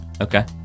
okay